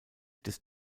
des